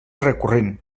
recurrent